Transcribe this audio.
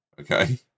Okay